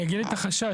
אני אגיד את החשש.